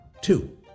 Two